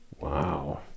Wow